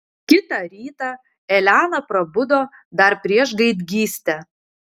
kitą rytą elena prabudo dar prieš gaidgystę